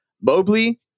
Mobley